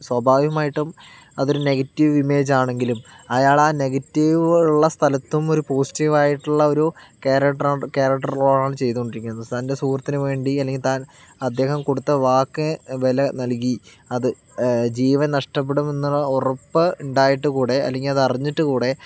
സ്വാഭാവികമായിട്ടും അതൊരു നെഗറ്റീവ് ഇമേജാണെങ്കിലും അയാളാ നെഗറ്റീവ് ഉള്ള സ്ഥലത്തും ഒരു പോസിറ്റീവായിട്ടുള്ള ഒരു കേരക്ടർ റോ കേരക്ടർ റോളാണ് ചെയ്തുകൊണ്ടിരിക്കുന്നത് തൻ്റെ സുഹൃത്തിനു വേണ്ടി അല്ലെങ്കിൽ താൻ അദ്ദേഹം കൊടുത്ത വാക്കിനു വില നൽകി അത് ജീവൻ നഷ്ട്ടപ്പെടുമെന്നുള്ള ഉറപ്പ് ഉണ്ടായിട്ട് കൂടി അല്ലെങ്കിൽ അറിഞ്ഞിട്ട് കൂടി